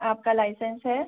आपका लाइसेंस है